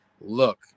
look